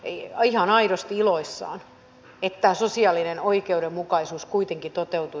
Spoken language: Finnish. ei ihan aidosti iloissaan että sosiaalinen oikeudenmukaisuus kuitenkin toteutuu